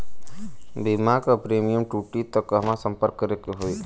बीमा क प्रीमियम टूटी त कहवा सम्पर्क करें के होई?